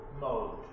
mode